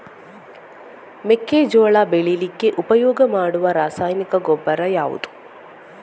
ಮೆಕ್ಕೆಜೋಳ ಬೆಳೀಲಿಕ್ಕೆ ಉಪಯೋಗ ಮಾಡುವ ರಾಸಾಯನಿಕ ಗೊಬ್ಬರ ಯಾವುದು?